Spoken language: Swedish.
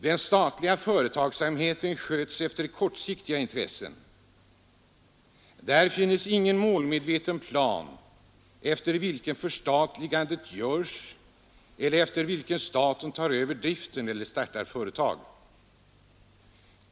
Den statliga företagsamheten sköts efter kortsiktiga intressen. Det finns ingen målmedveten plan, efter vilken förstatliganden görs eller efter vilken staten tar över driften eller startar företag.